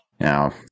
Now